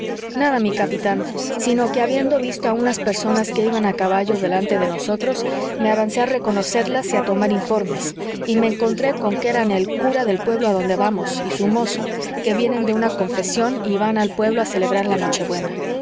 nada mi capitán sino que habiendo visto a unas personas que iban a caballo delante de nosotros me avancé a reconocerlas y a tomar informes y me encontré con que eran el cura del pueblo adonde vamos y su mozo que vienen de una confesión y van al pueblo a celebrar la